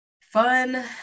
fun